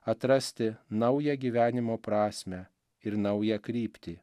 atrasti naują gyvenimo prasmę ir naują kryptį